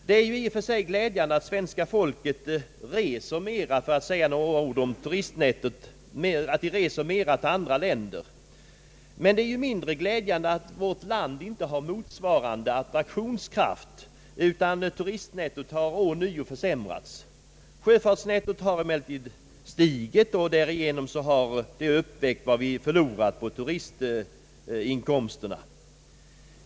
Det är i och för sig — för att säga några ord om turistnettot — glädjande att svenska folket reser mera till andra länder. Men det är mindre glädjande att vårt land inte har motsvarande attraktionskraft och att turistnettot ånyo har försämrats. Sjöfartsnettot har emellertid stigit, vilket har uppvägt vad vi förlorat på turistinkomsterna.